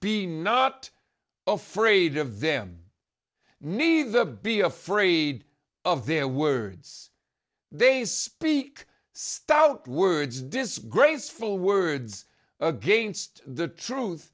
be not afraid of them neither the be afraid of their words they speak stout words disgraceful words against the truth